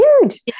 huge